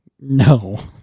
No